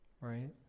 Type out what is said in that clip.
right